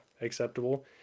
acceptable